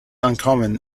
uncommon